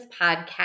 Podcast